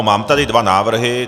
Mám tady dva návrhy.